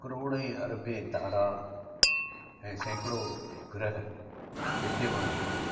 करोड़ अरब तारा ऐं सैकिड़ो ग्रह विध्यमान आहिनि